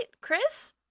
Chris